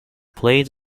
played